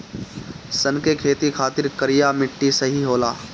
सन के खेती खातिर करिया मिट्टी सही होला